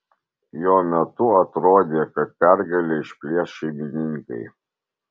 jo metu atrodė kad pergalę išplėš šeimininkai